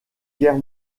guerre